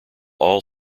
all